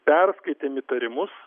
perskaitėm įtarimus